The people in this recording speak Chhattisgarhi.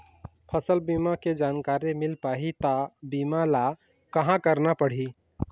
फसल बीमा के जानकारी मिल पाही ता बीमा ला कहां करना पढ़ी?